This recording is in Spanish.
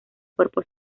cuerpo